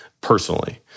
personally